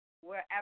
wherever